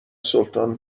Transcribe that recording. سلطان